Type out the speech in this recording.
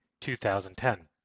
2010